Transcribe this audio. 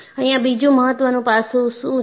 અહિયાં બીજું મહત્વનું પાસું શું છે